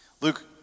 Luke